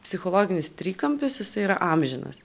psichologinis trikampis jisai yra amžinas